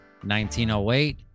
1908